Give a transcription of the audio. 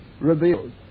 revealed